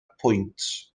pwynt